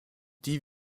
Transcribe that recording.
die